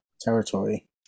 territory